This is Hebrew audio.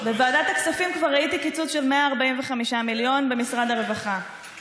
בוועדת הכספים כבר ראיתי קיצוץ של 145 מיליון במשרד הרווחה,